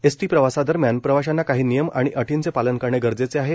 ST प्रवासादरम्यान प्रवाशांना काही नियम आणि अटींचे पालन करणे गरजेचे आहे